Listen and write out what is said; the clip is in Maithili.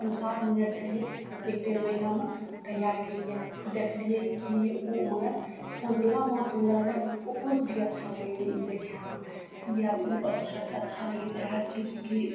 पाँच सात मिनट देलियै तब एक डेढ़ महीनामे तैयार कयलियै देखलियै कि ओ मगर जते दुर्गा माँ सुन्दर होलय ओकरोसँ भी अच्छा लगय रहय ई देखयमे तऽ इएहे अच्छा लगय छै हर चीज की